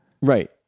Right